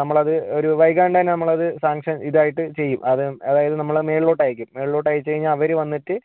നമ്മളത് ഒരു വൈകാണ്ടു തന്നെ നമ്മളത് സാങ്ഷൻ ഇതായിട്ട് ചെയ്യും അത് അതായത് നമ്മള് അത് മുകളിലോട്ട് അയക്കും മുകളിലോട്ട് അയച്ചു കഴിഞ്ഞാൽ അവര് വന്നിട്ട്